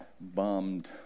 bombed